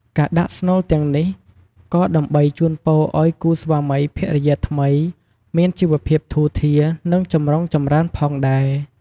ការដាក់ស្នូលទាំងនេះ ក៏ដើម្បីជូនពរឲ្យគូស្វាមីភរិយាថ្មីមានជីវភាពធូរធារ និងចម្រុងចម្រើនផងដែរ។